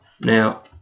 Now